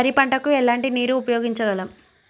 వరి పంట కు ఎలాంటి నీరు ఉపయోగించగలం?